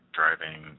driving